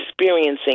experiencing